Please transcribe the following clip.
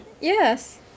Yes